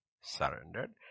surrendered